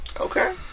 Okay